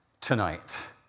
tonight